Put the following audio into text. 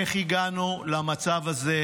איך הגענו למצב הזה?